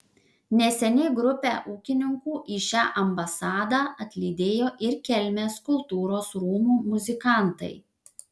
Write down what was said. neseniai grupę ūkininkų į šią ambasadą atlydėjo ir kelmės kultūros rūmų muzikantai